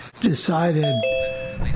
decided